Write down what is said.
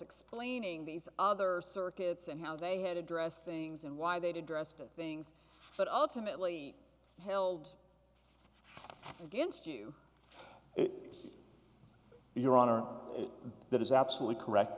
explaining these other circuits and how they had addressed things and why they did arrested things but ultimately held against you your honor that is absolutely correct